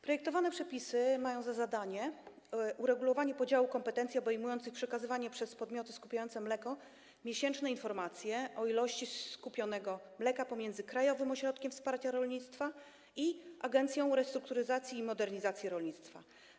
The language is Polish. Projektowane przepisy mają za zadanie uregulować podział kompetencji obejmujących przekazywane przez podmioty skupujące mleko miesięczne informacje o ilości skupionego mleka pomiędzy Krajowy Ośrodek Wsparcia Rolnictwa i Agencję Restrukturyzacji i Modernizacji Rolnictwa.